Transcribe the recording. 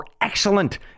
excellent